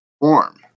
form